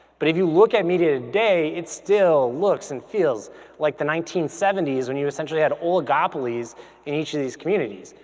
but if you look at media today, it still looks and feels like the nineteen seventy s when you essentially had old gopalees in each of these communities.